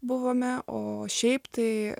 buvome o šiaip tai